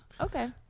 Okay